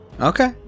Okay